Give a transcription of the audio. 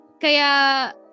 kaya